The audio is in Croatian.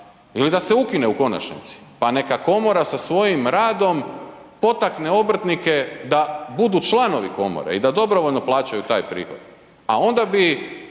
ili da se ukine u konačnici pa neka komora sa svojim radom potakne obrtnike da budu članovi komore i da dobrovoljno plaćaju taj prihvat a onda bi